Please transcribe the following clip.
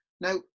Now